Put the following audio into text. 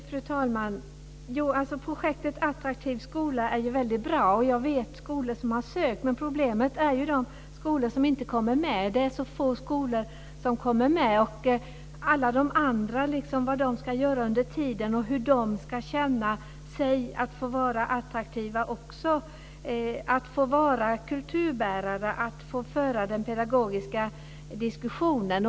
Fru talman! Projektet Attraktiv skola är väldigt bra, och jag vet skolor som har ansökt. Men problemet är ju de skolor som inte kommer med i projektet. Det är så få skolor som kommer med. Vad ska alla de andra göra under tiden? Hur ska man göra för att de också ska få känna sig attraktiva, få vara kulturbärare och föra den pedagogiska diskussionen?